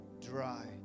dry